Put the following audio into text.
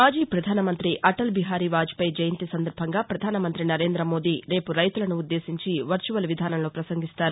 మాజీ ప్రధానమంతి అటల్బిహారీ వాజ్పేయి జయంతి సందర్భంగా ప్రధానమంతి నరేంద్రమోదీ రేపు రైతులను ఉద్దేశించి వర్చువల్ విధానంలో పసంగిస్తారు